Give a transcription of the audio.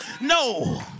No